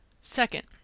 Second